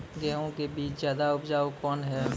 गेहूँ के बीज ज्यादा उपजाऊ कौन है?